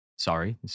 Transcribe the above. Sorry